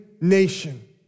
nation